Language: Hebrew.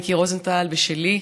מיקי רוזנטל ושלי.